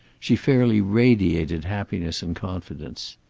she fairly radiated happiness and confidence.